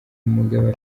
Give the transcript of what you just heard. mugabe